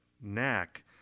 knack